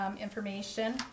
information